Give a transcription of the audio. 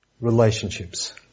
relationships